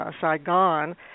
Saigon